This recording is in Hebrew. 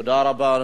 תודה רבה.